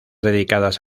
dedicadas